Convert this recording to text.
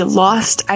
lost